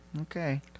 okay